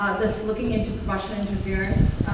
ah that's looking into russian interference.